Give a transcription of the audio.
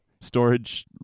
storage